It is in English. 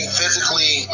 physically